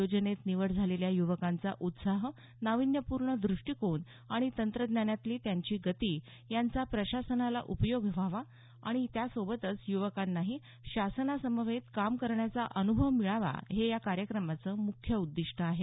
योजनेत निवड झालेल्या युवकांचा उत्साह नावीन्यपूर्ण दृष्टिकोन आणि तंत्रज्ञानातली त्यांची गती यांचा प्रशासनाला उपयोग व्हावा आणि त्या सोबतच युवकांनाही शासनासोबत काम करण्याचा अनुभव मिळावा हे या कार्यक्रमाचं मुख्य उद्दिष्ट आहे